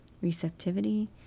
receptivity